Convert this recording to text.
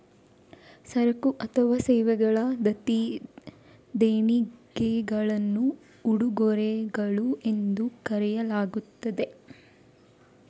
ಸರಕು ಅಥವಾ ಸೇವೆಗಳ ದತ್ತಿ ದೇಣಿಗೆಗಳನ್ನು ಉಡುಗೊರೆಗಳು ಎಂದು ಕರೆಯಲಾಗುತ್ತದೆ